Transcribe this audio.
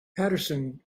patterson